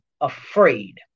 afraid